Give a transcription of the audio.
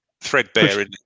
threadbare